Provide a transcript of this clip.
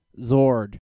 Zord